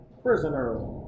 Prisoner